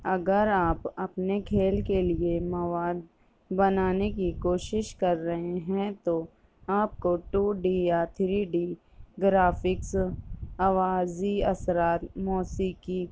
اگر آپ اپنے کھیل کے لیے مواد بنانے کی کوشش کر رہے ہیں تو آپ کو ٹو ڈی یا تھری ڈی گرافکس آوازی اثرات موسیقی